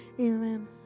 Amen